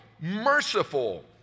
merciful